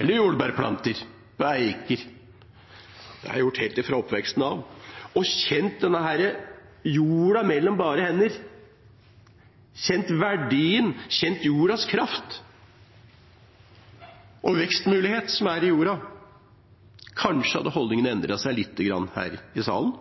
eller jordbærplanter i Eiker – det har jeg gjort helt fra oppveksten av – og kjent jorda mellom bare hender, kjent verdien, kjent jordas kraft og vekstmulighetene som er i jorda. Da hadde kanskje holdningene endret seg litt her i salen